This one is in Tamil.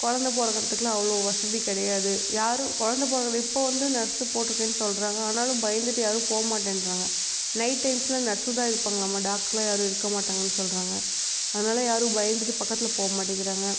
குழந்த பிறக்கறத்துக்குலாம் அவ்வளோ வசதி கிடையாது யாரும் குழந்த பிறக்கறது இப்போது வந்து நர்ஸு போட்டிருக்கேன்னு சொல்கிறாங்க ஆனாலும் பயந்துட்டு யாரும் போக மாட்டேன்கிறாங்க நைட் டைம்ஸ்ல நர்ஸு தான் இருப்பாங்கலாமா டாக்டருலாம் யாரும் இருக்க மாட்டாங்கன்னு சொல்கிறாங்க அதனால் யாரும் பயந்துட்டு பக்கத்தில் போக மாட்டேங்கிறாங்க